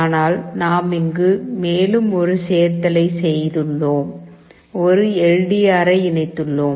ஆனால் நாம் இங்கு மேலும் ஒரு சேர்த்தலைச் செய்துள்ளோம் ஒரு எல் டி ஆரை இணைத்துள்ளோம்